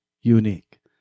unique